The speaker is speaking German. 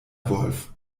wolf